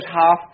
half